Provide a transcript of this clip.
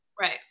Right